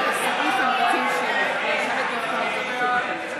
ההסתייגויות לסעיף 07, המשרד לביטחון פנים, לשנת